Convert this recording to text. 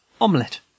omelette